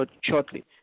shortly